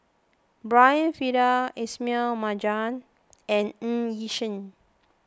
Brian Farrell Ismail Marjan and Ng Yi Sheng